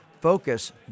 focus